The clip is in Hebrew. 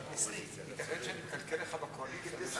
אני באתי בתקופת מעבר,